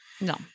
No